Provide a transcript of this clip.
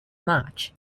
match